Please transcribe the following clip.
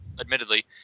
admittedly